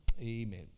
Amen